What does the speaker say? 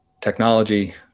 technology